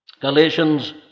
Galatians